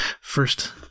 first